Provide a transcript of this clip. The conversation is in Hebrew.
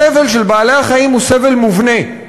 הסבל של בעלי-החיים הוא סבל מובנה,